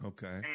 Okay